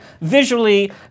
visually